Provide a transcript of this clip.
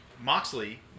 Moxley